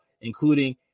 including